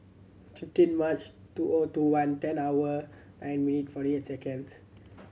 fifteen March two O two one ten hour nine minute forty eight seconds